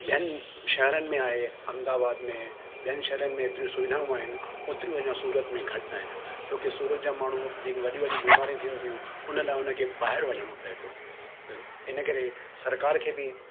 ॿियनि शहरनि में आहे अहमदाबाद में ॿियनि शहरनि में एतिरी सुविधाऊं आहिनि ओतिरियूं अञां सूरत में घटि आहिनि छोकी सूरत जा माण्हू जेके वॾी वॾी बीमारी थियनि थियूं उन लाइ उन्हनि खे ॿाइरि वञणो पए थो इन करे सरकार खे बि